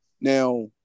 Now